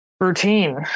routine